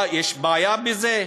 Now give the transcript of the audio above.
מה, יש בעיה בזה?